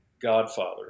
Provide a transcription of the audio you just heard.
Godfather